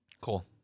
cool